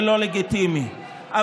ללא לגיטימי,